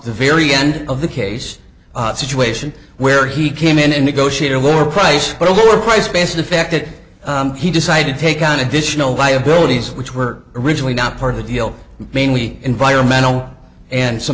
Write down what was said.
the very end of the case situation where he came in and negotiate a lower price but a lower price based affected he decided to take on additional liabilities which were originally not part of the deal mainly environmental and some